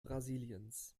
brasiliens